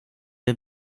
der